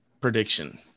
prediction